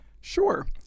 Sure